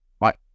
right